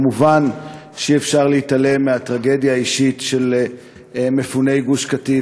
מובן שאי-אפשר להתעלם מהטרגדיה האישית של מפוני גוש-קטיף,